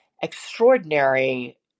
extraordinary